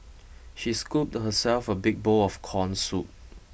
she scooped herself a big bowl of corn soup